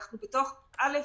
א',